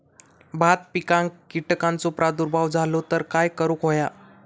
भात पिकांक कीटकांचो प्रादुर्भाव झालो तर काय करूक होया?